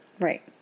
right